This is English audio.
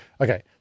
Okay